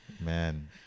Man